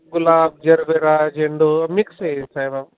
गुलाब gerbera झेंडू mix आहे सगळं